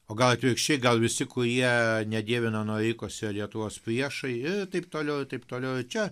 o gal atvirkščiai gal visi kurie nedievino noreikos yra lietuvos priešai ir taip toliau ir taip toliau čia